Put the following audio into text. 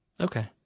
Okay